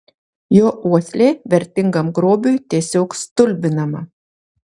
jo uoslė vertingam grobiui tiesiog stulbinama